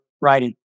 writing